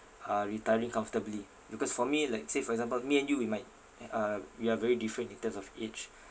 uh retiring comfortably because for me like say for example me and you we might eh uh we are very different in terms of age